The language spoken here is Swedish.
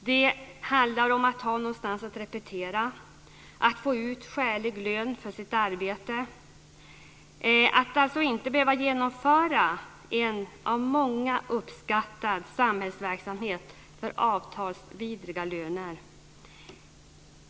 Det handlar om att ha någonstans att repetera, att få ut skälig lön för sitt arbete, att inte behöva genomföra en av många uppskattad samhällsverksamhet till avtalsvidriga löner.